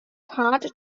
hard